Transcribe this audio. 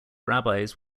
rabbis